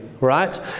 right